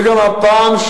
וגם הפעם,